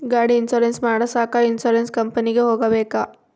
ಗಾಡಿ ಇನ್ಸುರೆನ್ಸ್ ಮಾಡಸಾಕ ಇನ್ಸುರೆನ್ಸ್ ಕಂಪನಿಗೆ ಹೋಗಬೇಕಾ?